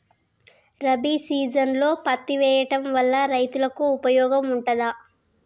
రబీ సీజన్లో పత్తి వేయడం వల్ల రైతులకు ఉపయోగం ఉంటదా?